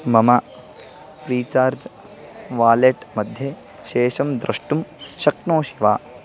मम Freecharge wallet मध्ये शेषं द्रष्टुं शक्नोषि वा